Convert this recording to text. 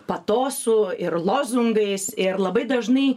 patosu ir lozungais ir labai dažnai